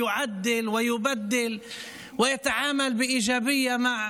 מתקן, מחליף ומתייחס בחיוב לבקשותיהם של